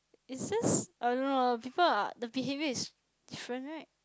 is this I don't now the people are the behaviour is different right